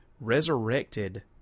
resurrected